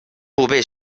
bover